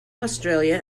australia